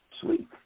Sweet